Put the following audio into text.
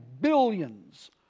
billions